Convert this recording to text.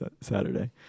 Saturday